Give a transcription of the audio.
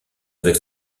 avec